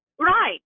right